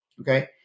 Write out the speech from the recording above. okay